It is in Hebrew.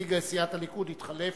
נציג סיעת הליכוד התחלף